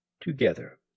together